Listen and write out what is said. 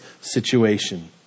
situation